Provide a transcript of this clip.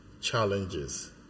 challenges